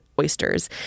oysters